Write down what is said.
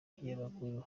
kinyamakuru